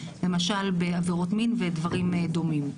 למשל בעבירות מין ודברים דומים.